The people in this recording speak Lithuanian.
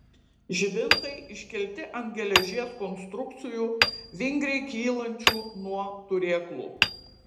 žibintai iškelti ant geležies konstrukcijų vingriai kylančių nuo turėklų